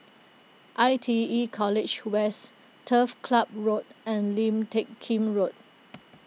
I T E College West Turf Ciub Road and Lim Teck Kim Road